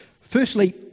Firstly